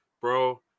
bro